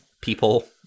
people